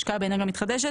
השקעה באנרגיה מתחדשת,